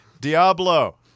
Diablo